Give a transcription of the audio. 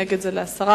ונגד זה הסרה.